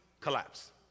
collapse